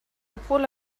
obwohl